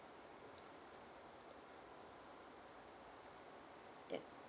ya